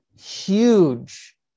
huge